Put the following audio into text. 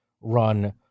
run